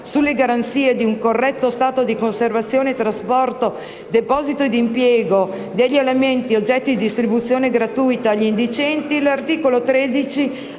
sulle garanzie di un corretto stato di conservazione, trasporto, deposito e impiego degli alimenti oggetto di distribuzione gratuita agli indigenti, l'articolo 13